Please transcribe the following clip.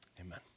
Amen